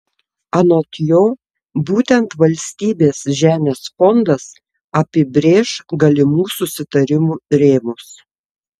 anot jo būtent valstybės žemės fondas apibrėš galimų susitarimų rėmus